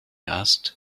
asked